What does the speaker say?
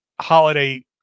Holiday